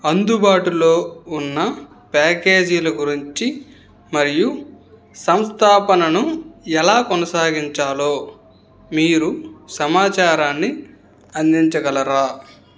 అందుబాటులో ఉన్న ప్యాకేజీల గురించి మరియు సంస్థాపనను ఎలా కొనసాగించాలో మీరు సమాచారాన్ని అందించగలరా